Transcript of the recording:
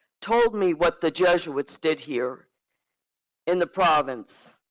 told me what the jesuits did here in the province,